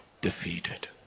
defeated